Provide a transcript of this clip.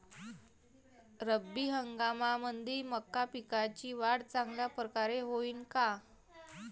रब्बी हंगामामंदी मका पिकाची वाढ चांगल्या परकारे होईन का?